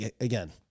again